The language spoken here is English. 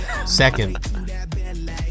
Second